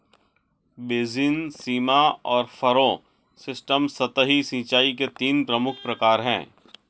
basin, सीमा और furrow system सतही सिंचाई के तीन प्रमुख प्रकार है